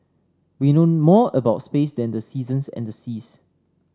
we know more about space than the seasons and the seas